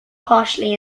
partially